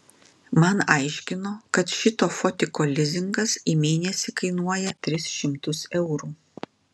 man aiškino kad šito fotiko lizingas į mėnesį kainuoja tris šimtus eurų